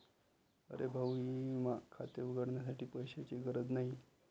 अरे भाऊ ई विमा खाते उघडण्यासाठी पैशांची गरज नाही